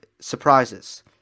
surprises